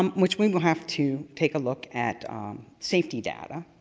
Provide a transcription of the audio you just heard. um which we will have to take a look at safety data.